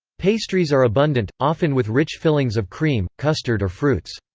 pastries are abundant, often with rich fillings of cream, custard or fruits.